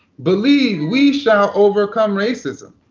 believe we shall overcome racism.